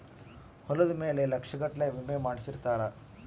ಹೊಲದ ಮೇಲೆ ಲಕ್ಷ ಗಟ್ಲೇ ವಿಮೆ ಮಾಡ್ಸಿರ್ತಾರ